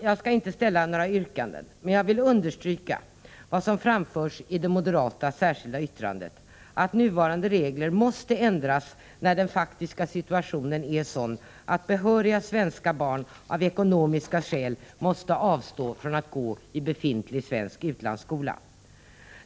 Jag skall inte ställa några yrkanden, men jag vill understryka vad som framförs i det moderata särskilda yttrandet, nämligen att nuvarande regler måste ändras när den faktiska situationen är sådan att behöriga svenska barn av ekonomiska skäl måste avstå från att gå i befintlig svensk utlandsskola.